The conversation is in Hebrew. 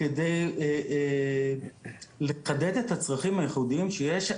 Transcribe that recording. על מנת לחדד את הצרכים הייחודיים שיש.